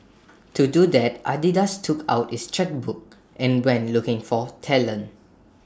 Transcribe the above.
to do that Adidas took out its chequebook and went looking for talent